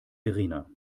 verena